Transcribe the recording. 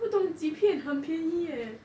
不懂几篇很便宜 leh